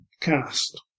cast